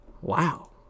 Wow